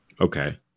Okay